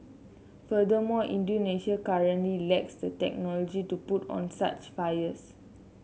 furthermore Indonesia currently lacks the technology to put out such fires